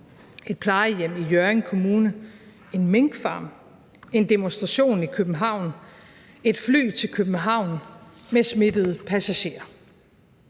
et plejehjem i Hjørring Kommune, en minkfarm, en demonstration i København, et fly til København med smittede passagerer.